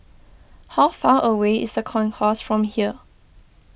how far away is the Concourse from here